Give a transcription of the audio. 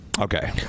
Okay